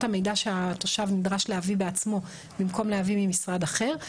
המידע שהתושב נדרש להביא בעצמו במקום להביא ממשרד אחר.